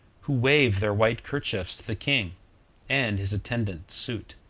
who waved their white kerchiefs to the king and his attendant suit.